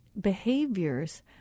behaviors